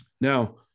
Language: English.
Now